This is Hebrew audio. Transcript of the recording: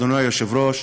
אדוני היושב-ראש,